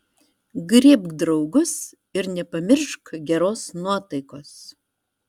griebk draugus ir nepamiršk geros nuotaikos